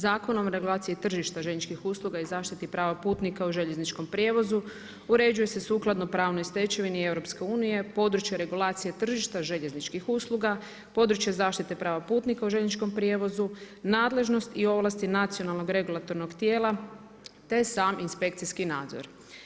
Zakonom o regulaciji tržišta željezničkih usluga i zaštiti prava putnika u željezničkom prijevozu uređuje se sukladno pravnoj stečevini EU, područja regulacije tržišta željezničkih usluga, područje zaštite prava putnika u željezničkom prijevozu, nadležnost i ovlasti nacionalnog regulatornog tijela te sam inspekcijski nadzor.